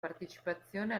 partecipazione